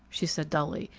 she said dully.